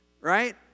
Right